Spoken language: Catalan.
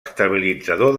estabilitzador